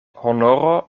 honoro